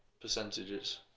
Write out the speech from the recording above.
percentages